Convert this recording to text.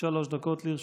שלוש דקות לרשותך.